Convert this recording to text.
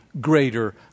greater